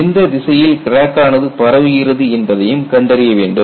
எந்த திசை திசையில் கிராக் ஆனது பரவுகிறது என்பதையும் கண்டறிய வேண்டும்